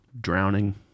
drowning